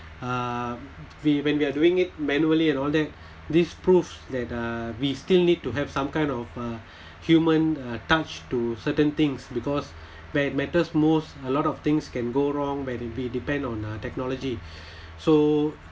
uh we when we are doing it manually and all that this proves that uh we still need to have some kind of a human touch to certain things because where it matters most a lot of things can go wrong when we depend on technology so